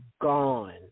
gone